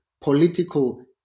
political